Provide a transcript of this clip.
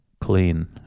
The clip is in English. clean